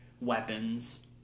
weapons